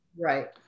Right